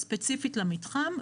הספציפית למתחם,